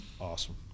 Awesome